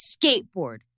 skateboard